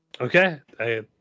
Okay